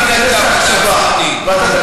אני אגיד לך עכשיו, ואתה תיכנס להקשבה.